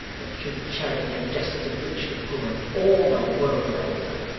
the true charity and justice of rich to poor, all the world over